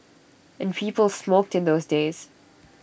and people smoked in those days